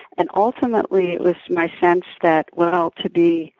and, ultimately, it was my sense that, well, to be